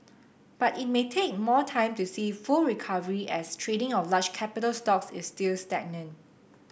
but it may take more time to see full recovery as trading of large capital stocks is still stagnant